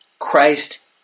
Christ